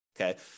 Okay